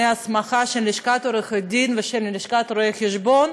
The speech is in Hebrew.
הסמכה של לשכת עורכי-הדין ושל לשכת רואי-החשבון,